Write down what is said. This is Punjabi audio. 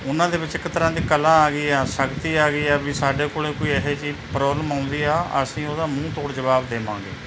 ਉਹਨਾਂ ਦੇ ਵਿੱਚ ਇੱਕ ਤਰ੍ਹਾਂ ਦੀ ਕਲਾ ਹੈਗੀ ਆ ਸ਼ਕਤੀ ਆ ਗਈ ਆ ਵੀ ਸਾਡੇ ਕੋਲ ਕੋਈ ਇਹੋ ਜਿਹੀ ਪ੍ਰੋਬਲਮ ਆਉਂਦੀ ਆ ਅਸੀਂ ਉਹਦਾ ਮੂੰਹ ਤੋੜ ਜਵਾਬ ਦੇਵਾਂਗੇ